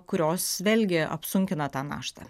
kurios vėlgi apsunkina tą naštą